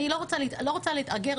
לא רוצה להתאגר,